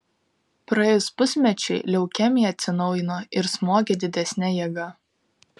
praėjus pusmečiui leukemija atsinaujino ir smogė didesne jėga